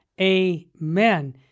amen